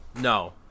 No